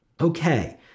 Okay